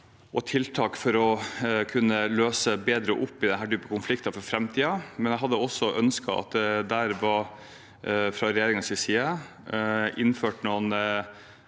og tiltak for å kunne løse bedre opp i denne typen konflikter for framtiden, men jeg hadde også ønsket at det fra regjeringens side var innført noen